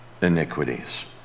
Iniquities